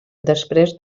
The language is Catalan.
després